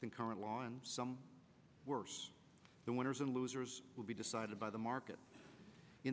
than current law and some worse the winners and losers will be decided by the market in